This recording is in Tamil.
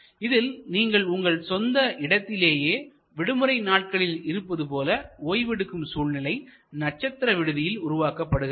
இதில் நீங்கள் உங்கள் சொந்த இடத்திலேயே விடுமுறை நாட்களில் இருப்பது போல ஓய்வெடுக்கும் சூழ்நிலை நட்சத்திர விடுதியில் உருவாக்கப்படுகிறது